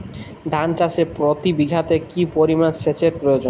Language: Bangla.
ধান চাষে প্রতি বিঘাতে কি পরিমান সেচের প্রয়োজন?